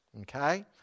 Okay